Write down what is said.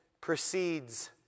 precedes